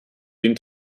den